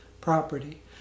property